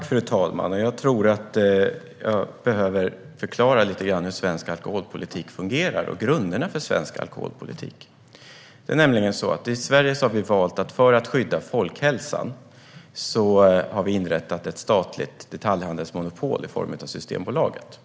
Fru talman! Jag tror att jag behöver förklara lite om hur svensk alkoholpolitik fungerar och vad som är grunderna för den. I Sverige har vi för att skydda folkhälsan inrättat ett statligt detaljhandelsmonopol i form av Systembolaget.